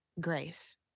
grace